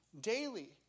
daily